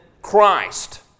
Christ